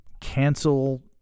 cancel